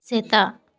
ᱥᱮᱛᱟ